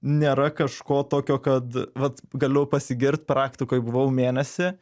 nėra kažko tokio kad vat galiu pasigirt praktikoj buvau mėnesį